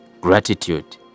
Gratitude